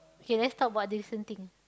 okay let's talk about the recent thing